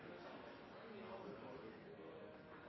det samme partiet som har